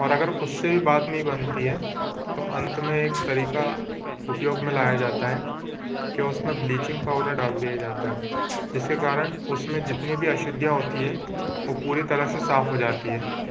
और अगर उससे भी बात नहीं बनती है तो अंत में एक तरीका उपयोग में लाया जाता है कि उसमें ब्लीचिंग पाउडर डाल दिया जाता है जिसके कारण उसमें जितनी भी अशुद्धियाँ होती है वो पूरी तरह से साफ हो जाती है